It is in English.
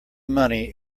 money